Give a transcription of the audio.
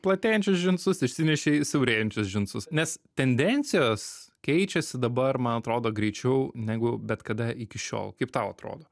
platėjančius džinsus išsinešei siaurėjančius džinsus nes tendencijos keičiasi dabar man atrodo greičiau negu bet kada iki šiol kaip tau atrodo